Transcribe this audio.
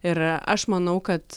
ir aš manau kad